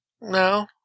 No